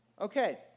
Okay